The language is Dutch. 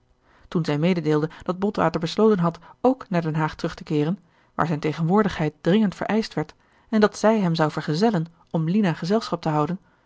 toen zij mededeelde dat botwater besloten had ook naar den haag terug te keeren waar zijn tegenwoordigheid dringend vereischt werd en dat zij hem zou vergezellen om lina gezelschap te houden